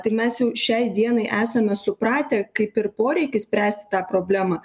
tai mes jau šiai dienai esame supratę kaip ir poreikį spręsti tą problemą